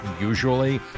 usually